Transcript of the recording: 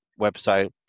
website